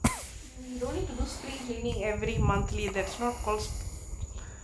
we don't need to do spring cleaning every monthly that's not costly